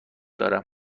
دارم